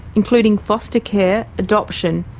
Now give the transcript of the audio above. including foster care, adoption,